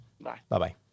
Bye-bye